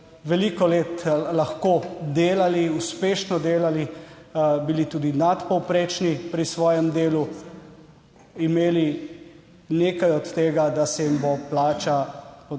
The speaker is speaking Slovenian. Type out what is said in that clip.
veliko let lahko delali, uspešno delali, bili tudi nadpovprečni pri svojem delu. Imeli nekaj od tega, da se jim bo plača